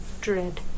dread